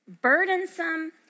burdensome